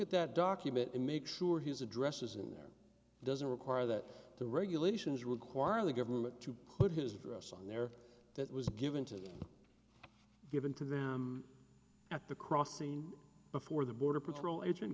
at that document to make sure his address is in there doesn't require that the regulations require the government to put his address on there that was given to them given to them at the crossing before the border patrol agent